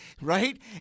right